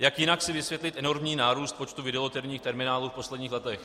Jak jinak si vysvětlit enormní nárůst počtu videoloterijních terminálů v posledních letech?